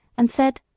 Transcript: and said,